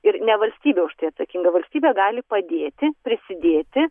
ir ne valstybė už tai atsakinga valstybė gali padėti prisidėti